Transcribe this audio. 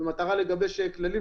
במטרה לגבש כללים,